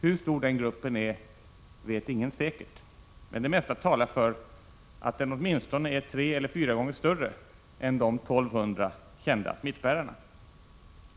Hur stor den gruppen är vet ingen säkert, men det mesta talar för att den åtminstone är tre eller fyra gånger större än de 1200 kända smittbärarna.